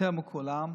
יותר מכולם?